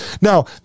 now